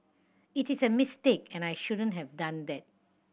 it is a mistake and I shouldn't have done that